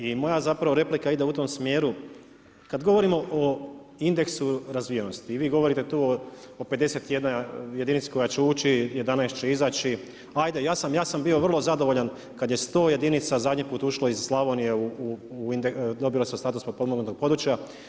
I moja zapravo replika ide u tom smjeru kad govorimo o indeksu razvijenosti i vi govorite tu o 51 jedinici koja će ući, 11 će izaći, ajde ja sam bio vrlo zadovoljan kad je 100 jedinica zadnji put ušlo iz Slavonije, dobile su status potpomognutog područja.